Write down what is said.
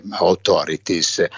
authorities